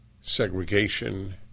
segregation